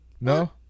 no